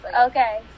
Okay